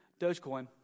Dogecoin